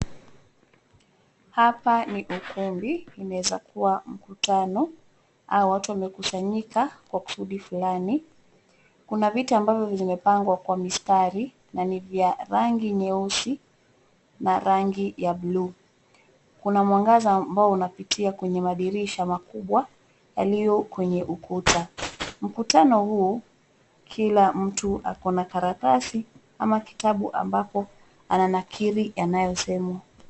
Hapa ni ukumbi inaweza kuwa mkutano au watu wamekusanyika kwa kusudi fulani. Kuna viti ambavyo zimepangwa kwa mistari na ni vya rangi nyeusi na rangi ya bluu. Kuna mwangaza ambao unapitia kwenye madirisha makubwa yaliyo kwenye ukuta. Mkutano huu kila mtu ako na karatasi ama kitabu ambapo ananakiri yanayosemwa.